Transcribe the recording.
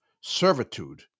servitude